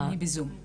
שלום.